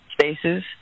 spaces